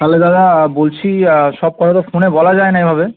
তাহলে দাদা বলছি সব কথা তো ফোনে বলা যায় না এভাবে